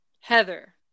Heather